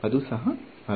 ಅರ್ಧ ಸರಿ